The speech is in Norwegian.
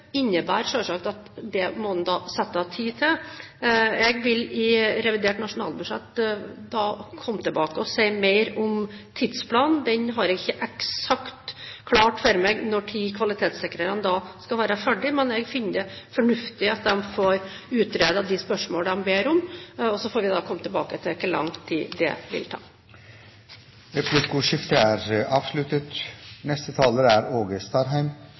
innebærer det selvsagt at man må sette av tid til det. Jeg vil i revidert nasjonalbudsjett komme tilbake og si mer om tidsplanen. Jeg har ikke eksakt klart for meg når kvalitetssikrerne skal være ferdige, men jeg finner det fornuftig at de får utredet de spørsmålene de ber om. Så får vi komme tilbake til hvor lang tid det vil ta. Replikkordskiftet er avsluttet.